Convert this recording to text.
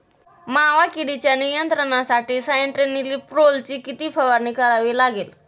मावा किडीच्या नियंत्रणासाठी स्यान्ट्रेनिलीप्रोलची किती फवारणी करावी लागेल?